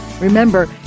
Remember